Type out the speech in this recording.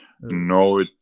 No